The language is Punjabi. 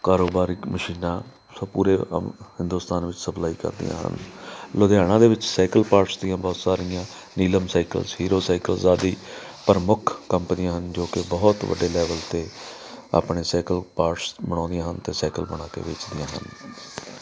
ਕਾਰੋਬਾਰੀ ਮਸ਼ੀਨਾਂ ਸੋ ਪੂਰੇ ਹਿੰਦੁਸਤਾਨ ਵਿੱਚ ਸਪਲਾਈ ਕਰਦੀਆਂ ਹਨ ਲੁਧਿਆਣਾ ਦੇ ਵਿੱਚ ਸਾਈਕਲ ਪਾਰਟਸ ਦੀਆਂ ਬਹੁਤ ਸਾਰੀਆਂ ਨੀਲਮ ਸਾਈਕਲਸ ਹੀਰੋ ਸਾਈਕਲਸ ਆਦਿ ਪ੍ਰਮੁੱਖ ਕੰਪਨੀਆਂ ਹਨ ਜੋ ਕਿ ਬਹੁਤ ਵੱਡੇ ਲੈਵਲ 'ਤੇ ਆਪਣੇ ਸਾਈਕਲ ਪਾਰਟਸ ਬਣਾਉਂਦੀਆਂ ਹਨ ਅਤੇ ਸਾਈਕਲ ਬਣਾ ਕੇ ਵੇਚਦੀਆਂ ਹਨ